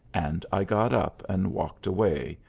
and i got up and walked away,